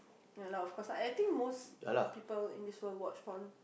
ya lah of course lah and I think most people in this world watch porn